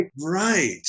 Right